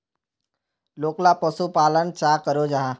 लोकला पशुपालन चाँ करो जाहा?